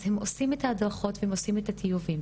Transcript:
אז הם עושים את ההדרכות והם עושים את הטיובים,